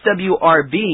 swrb